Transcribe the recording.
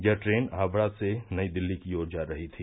यह ट्रेन हावड़ा से नई दिल्ली की ओर जा रही थी